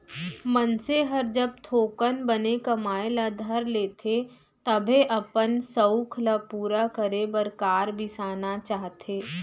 मनसे हर जब थोकन बने कमाए ल धर लेथे तभे अपन सउख ल पूरा करे बर कार बिसाना चाहथे